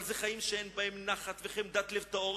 אבל אלה חיים "שאין בהם נחת וחמדת לב טהור,